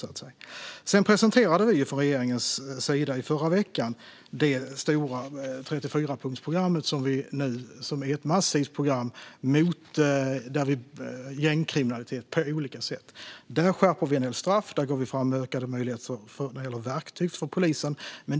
Regeringen presenterade i förra veckan det stora 34-punktsprogram som på olika sätt är ett massivt program mot gängkriminaliteten. Där skärper vi en del straff, och vi går fram med ökade möjligheter när det gäller verktyg för polisen.